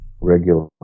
regular